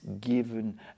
given